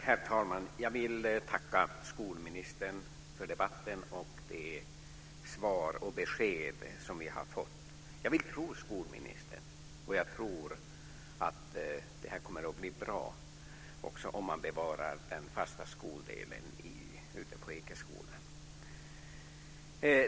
Herr talman! Jag vill tacka skolministern för debatten, för de svar och de besked som vi har fått. Jag vill tro skolministern, och jag tror att det här kommer att bli bra också om man bevarar den fasta skoldelen på Ekeskolan.